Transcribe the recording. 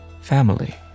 family